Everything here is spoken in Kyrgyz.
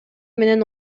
менен